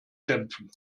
kämpfen